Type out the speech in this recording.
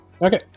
Okay